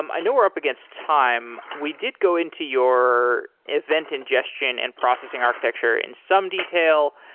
um i know we're up against time. we did go into your event ingestion and processing architecture in some detail.